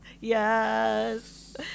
yes